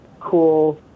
cool